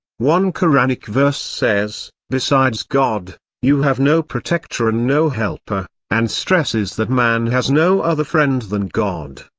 one koranic verse says, besides god, you have no protector and no helper, and stresses that man has no other friend than god.